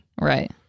Right